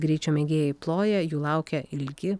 greičio mėgėjai ploja jų laukia ilgi